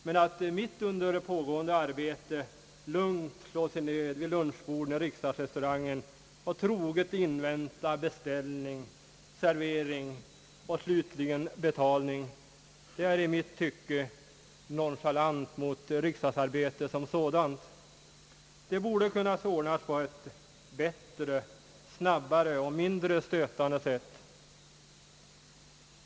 Men att mitt under pågående arbete slå sig ner vid lunchborden i riksdagsrestaurangen och troget invänta beställning, servering och slutligen betalning, är i mitt tycke nonchalant mot riksdagsarbetet som sådant. Det borde kunna ordnas på ett bättre, snabbare och mindre stötande sätt.